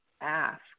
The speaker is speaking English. ask